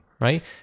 right